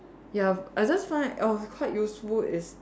ya I just find oh quite useful is